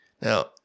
Now